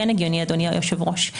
אדוני היושב-ראש.